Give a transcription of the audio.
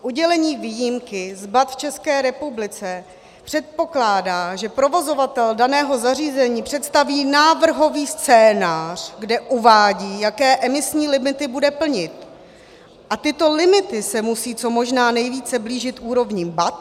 Udělení výjimky z BAT České republice předpokládá, že provozovatel daného zařízení představí návrhový scénář, kde uvádí, jaké emisní limity bude plnit, a tyto limity se musí co možná nejvíce blížit úrovní BAT.